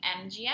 MGM